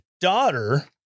daughter